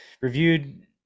reviewed